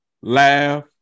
laugh